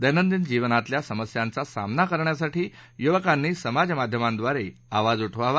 दैनंदिन जीवनतातल्या समस्यांचा सामना करण्यासाठी युवकांनी समाजमाध्यमांद्वावरे आवाज उठवावा